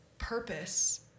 purpose